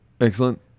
Excellent